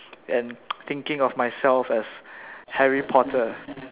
and thinking of myself as Harry-Potter